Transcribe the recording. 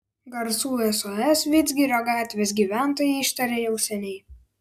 garsų sos vidzgirio gatvės gyventojai ištarė jau seniai